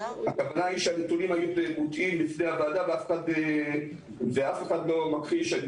הכוונה היא שהנתונים היו מוטעים בפני הועדה ואף אחד לא מכחיש,